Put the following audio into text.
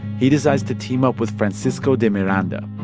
he decides to team up with francisco de miranda.